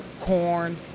corn